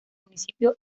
municipio